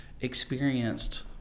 experienced